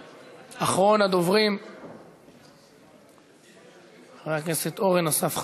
אחרון הדוברים, חבר הכנסת אורן אסף חזן.